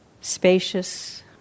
spacious